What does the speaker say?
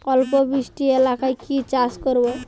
অল্প বৃষ্টি এলাকায় কি চাষ করব?